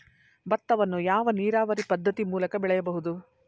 ಭತ್ತವನ್ನು ಯಾವ ನೀರಾವರಿ ಪದ್ಧತಿ ಮೂಲಕ ಬೆಳೆಯಬಹುದು?